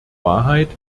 wahrheit